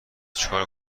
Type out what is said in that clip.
چیکار